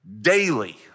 daily